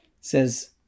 says